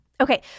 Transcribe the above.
Okay